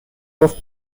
گفت